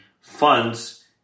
funds